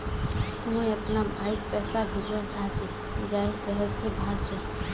मुई अपना भाईक पैसा भेजवा चहची जहें शहर से बहार छे